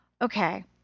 Okay